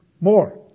More